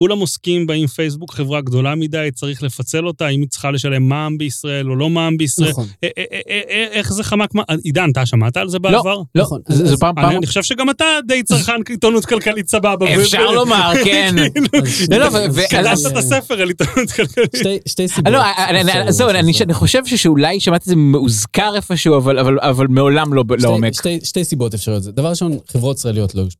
כולם עוסקים בהאם פייסבוק חברה גדולה מדי צריך לפצל אותה האם היא צריכה לשלם מע"מ בישראל או לא מע"מ בישראל. איך זה חמק, מה עידן אתה שמעת על זה בעבר? לא, לא. זה פעם.. אני חושב שגם אתה די צרכן עתונות כלכלית סבבה. אפשר לומר, כן. לא ו.. קראת את הספר על עתונות כלכלית. שתי שתי סיבות. זאת אומרת אני חושב שאולי שמעתי את זה מאוזכר איפשהו אבל מעולם לא לעומק. שתי..שתי..שתי סיבות אפשריות זה דבר ראשון חברות ישראליות לא.